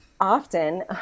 often